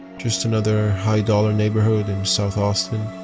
just another high dollar neighborhood in south austin.